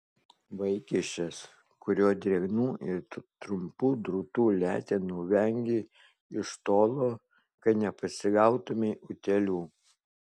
vaikiščias kurio drėgnų ir trumpų drūtų letenų vengei iš tolo kad nepasigautumei utėlių